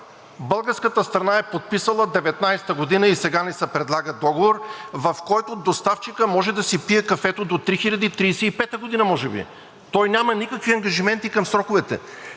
Българската страна е подписала 2019 г. и сега ни се предлага договор, в който доставчикът може да си пие кафето до 3035 г. може би! Той няма никакви ангажименти към сроковете!